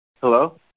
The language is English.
Hello